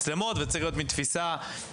שכוללת בתוכה את חוק המצלמות,